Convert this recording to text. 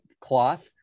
cloth